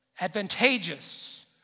advantageous